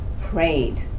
prayed